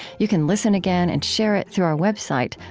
you can listen again and share it through our website,